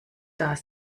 das